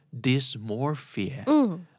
Dysmorphia